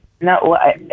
No